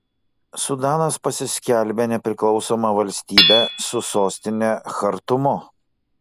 sudanas pasiskelbė nepriklausoma valstybe su sostine chartumu